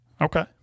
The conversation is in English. Okay